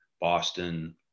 Boston